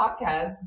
podcast